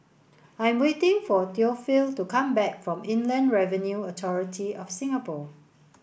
I am waiting for Theophile to come back from Inland Revenue Authority of Singapore